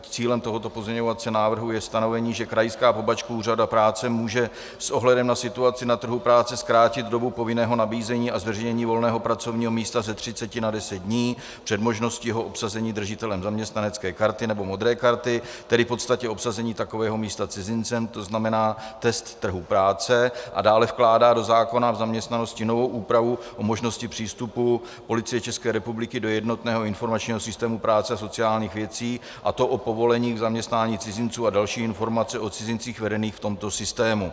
Cílem tohoto pozměňovacího návrhu je stanovení, že krajská pobočka Úřadu práce může s ohledem na situaci na trhu práce zkrátit dobu povinného nabízení a držení volného pracovního místa ze 30 na 10 dní před možností obsazení jeho držitelem zaměstnanecké karty nebo modré karty, tedy v podstatě obsazení takového místa cizincem, to znamená test trhu práce, a dále vkládá do zákona o zaměstnanosti novou úpravu o možnosti přístupu Policie České republiky do jednotného informačního systému práce a sociálních věcí, a to o povolení k zaměstnání cizinců a další informace o cizincích vedených v tomto systému.